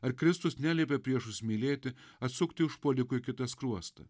ar kristus neliepė priešus mylėti atsukti užpuolikui kitą skruostą